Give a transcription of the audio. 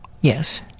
yes